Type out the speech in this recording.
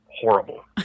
horrible